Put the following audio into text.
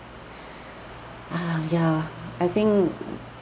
um yeah I think